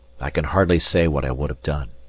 i can hardly say what i would have done.